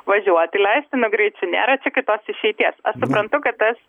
važiuoti leistinu greičiu nėra kitos išeities aš suprantu kad tas